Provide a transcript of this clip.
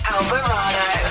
Alvarado